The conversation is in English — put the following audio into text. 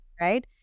right